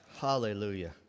Hallelujah